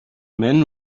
men